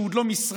שהוא עוד לא משרד,